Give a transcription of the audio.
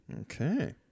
Okay